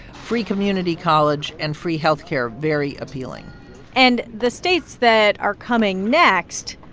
free community college and free health care very appealing and the states that are coming next